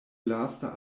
lasta